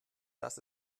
das